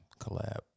collab